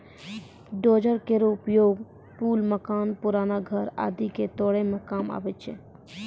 dozer केरो उपयोग पुल, मकान, पुराना घर आदि क तोरै म काम आवै छै